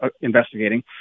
investigating